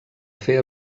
fer